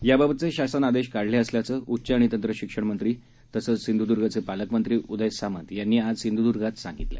याबाबतचे शासन आदेश काढले असल्याचं उच्च आणि तंत्र शिक्षण मंत्री तथा सिंधुद्र्गचे पालकमंतरी उदय सामंत यांनी आज सिंधुद्र्ग इथं सांगितलं